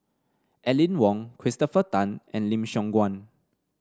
Aline Wong Christopher Tan and Lim Siong Guan